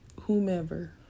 whomever